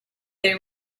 they